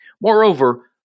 Moreover